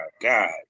God